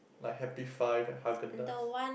like Happy Five and Haagen-Dazs